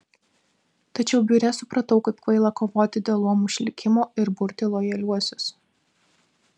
tačiau biure supratau kaip kvaila kovoti dėl luomų išlikimo ir burti lojaliuosius